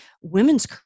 Women's